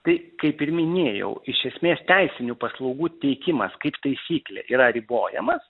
tai kaip ir minėjau iš esmės teisinių paslaugų teikimas kaip taisyklė yra ribojamas